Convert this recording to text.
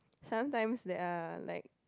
sometimes there are like